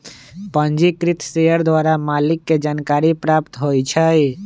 पंजीकृत शेयर द्वारा मालिक के जानकारी प्राप्त होइ छइ